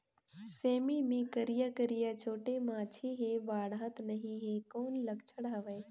सेमी मे करिया करिया छोटे माछी हे बाढ़त नहीं हे कौन लक्षण हवय?